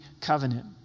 covenant